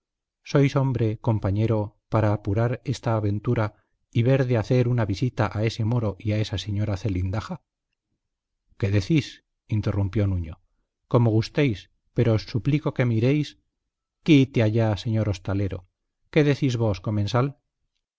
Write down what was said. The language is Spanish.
sois hombre compañero para apurar esta aventura y ver de hacer una visita a ese moro y a esa señora zelindaja qué decís interrumpió nuño como gustéis pero os suplico que miréis quite allá señor hostalero qué decís vos comensal